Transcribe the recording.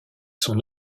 son